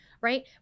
right